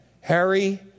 Harry